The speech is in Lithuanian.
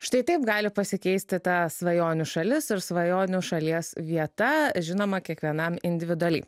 štai taip gali pasikeisti ta svajonių šalis svajonių šalies vieta žinoma kiekvienam individualiai